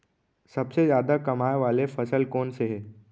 सबसे जादा कमाए वाले फसल कोन से हे?